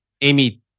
Amy